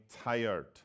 tired